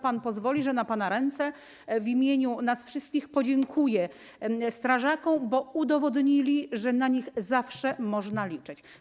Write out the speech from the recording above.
Pan pozwoli, że za to na pana ręce w imieniu nas wszystkich złożę podziękowania strażakom, bo udowodnili, że na nich zawsze można liczyć.